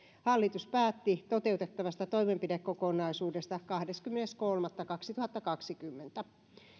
hallitus päätti toteutettavasta toimenpidekokonaisuudesta kahdeskymmenes kolmatta kaksituhattakaksikymmentä